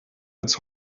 als